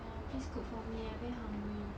!wah! please cook for me I very hungry